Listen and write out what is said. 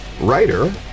writer